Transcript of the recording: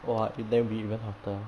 !wah! and then it will be even hotter